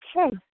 Okay